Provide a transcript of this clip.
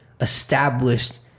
established